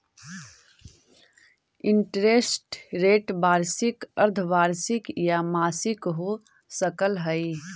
interest rate वार्षिक, अर्द्धवार्षिक या मासिक हो सकऽ हई